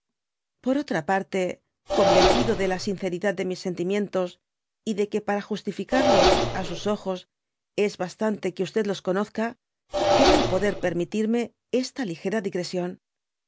por otra parte oonvencido de la sinceridad de mis sentimientos y de que para justificarlos á sus ojos es bastante que los conozca i creo poder permitirme esta ligera digresión